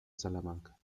salamanca